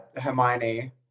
Hermione